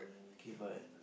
okay but